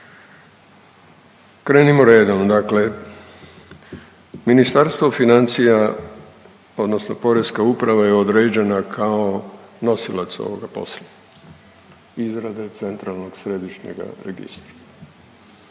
Krenimo redom, dakle Ministarstvo financija odnosno Porezna uprava je određena kao nosilac ovoga posla izrade centralnog središnjeg registra.